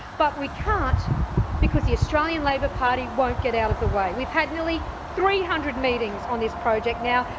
but we can't because the australian labor party won't get out of the way. we've had nearly three hundred meetings on this project now,